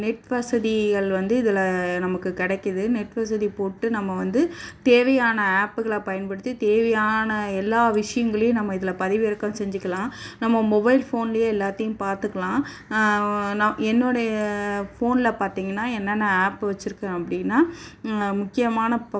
net வசதிகள் வந்து இதில் நமக்கு கிடைக்கிது நெட் வசதி போட்டு நம்ம வந்து தேவையான ஆப்புகளை பயன்படுத்தி தேவையான எல்லா விஷயங்களையும் நம்ம இதில் பதிவிறக்கம் செஞ்சுக்கலாம் நம்ம மொபைல் ஃபோன்லயே எல்லாத்தையும் பார்த்துக்கலாம் நான் நான் என்னோடைய ஃபோனில் பார்த்தீங்கன்னா என்னென்ன ஆப்பு வச்சுருக்குறேன் அப்படின்னா முக்கியமான இப்போ